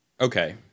Okay